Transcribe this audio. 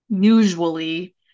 usually